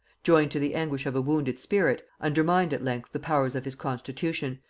joined to the anguish of a wounded spirit, undermined at length the powers of his constitution,